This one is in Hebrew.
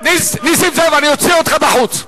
נסים זאב, אני אוציא אותך החוצה.